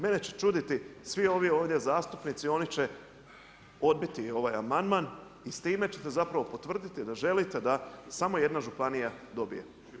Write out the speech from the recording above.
Mene će čuditi svi ovi ovdje zastupnici oni će odbiti ovaj amandman i s time ćete zapravo potvrditi da želite da samo jedna županija dobije.